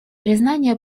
признание